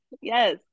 yes